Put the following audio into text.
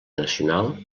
nacional